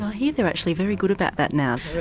i hear they're actually very good about that now.